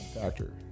factor